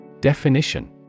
Definition